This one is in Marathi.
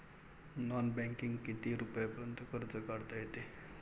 नॉन बँकिंगनं किती रुपयापर्यंत कर्ज काढता येते?